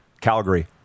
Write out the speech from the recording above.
Calgary